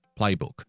playbook